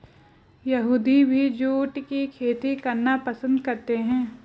यहूदी भी जूट की खेती करना पसंद करते थे